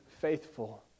faithful